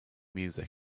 music